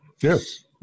Yes